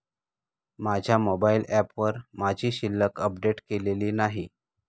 माझ्या मोबाइल ऍपवर माझी शिल्लक अपडेट केलेली नाही